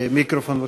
אדוני היושב-ראש,